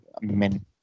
men